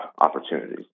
opportunities